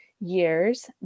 years